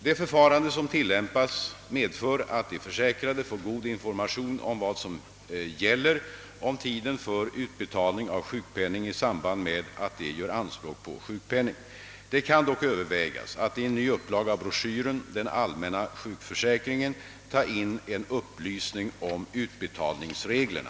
Det förfarande som tillämpas medför att de försäkrade får god information om vad som gäller om tiden för utbetalning av sjukpenning i samband med att de gör anspråk på sjukpenning, Det kan dock övervägas att i en ny upplaga av broschyren »Den allmänna sjukförsäkringen» ta in en upplysning om utbetalningsreglerna.